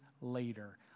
later